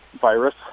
virus